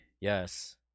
Yes